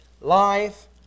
life